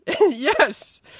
Yes